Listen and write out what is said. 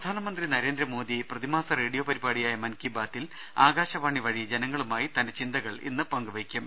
പ്രധാനമന്ത്രി നരേന്ദ്രമോദി പ്രതിമാസ റേഡിയോ പരിപാടിയായ മൻകിബാത്തിൽ ആകാശവാണിവഴി ജനങ്ങളുമായി തന്റെ ചിന്തകൾ ഇന്ന് പങ്കുവയ്ക്കും